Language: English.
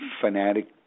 fanatic